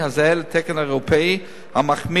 הזהה לתקן האירופי המחמיר.